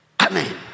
Amen